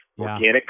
organic